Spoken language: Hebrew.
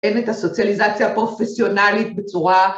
אין את הסוציאליזציה הפרופסיונלית בצורה